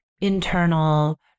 internal